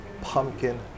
pumpkin